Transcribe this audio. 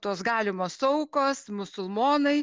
tos galimos aukos musulmonai